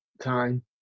time